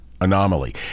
Anomaly